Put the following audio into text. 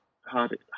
hard